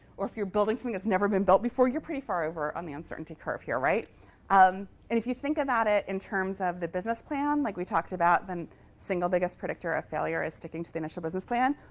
or if you're building something that's never been built before, you're pretty far over on the uncertainty curve here, right? um and if you think about it in terms of the business plan like, we talked about the single biggest predictor of failure is sticking to the initial business plan.